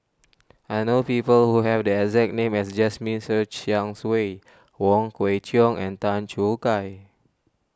I know people who have the exact name as Jasmine Ser Xiang Wei Wong Kwei Cheong and Tan Choo Kai